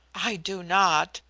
i do not.